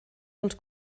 dels